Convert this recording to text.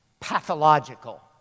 pathological